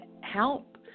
help